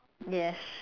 yes